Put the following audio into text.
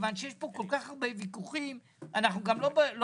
מכיוון שיש פה כל כך הרבה ויכוחים ואנחנו גם לא בטוחים,